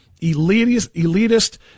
elitist